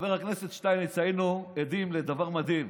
חבר הכנסת שטייניץ, היינו עדים לדבר מדהים.